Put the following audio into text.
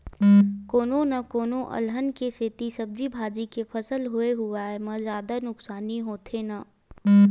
कोनो न कोनो अलहन के सेती सब्जी भाजी के फसल होए हुवाए म जादा नुकसानी होथे न